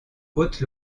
haute